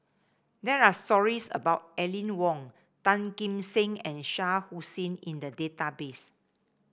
there are stories about Aline Wong Tan Kim Seng and Shah Hussain in the database